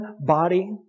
body